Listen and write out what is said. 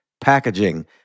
packaging